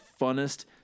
funnest